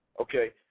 Okay